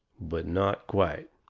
but not quite.